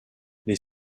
les